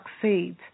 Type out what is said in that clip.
succeed